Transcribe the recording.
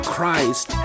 Christ